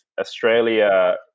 Australia